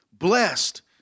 Blessed